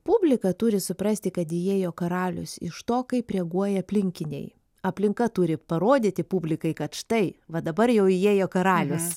publika turi suprasti kad įėjo karalius iš to kaip reaguoja aplinkiniai aplinka turi parodyti publikai kad štai va dabar jau įėjo karalius